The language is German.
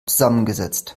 zusammengesetzt